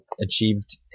achieved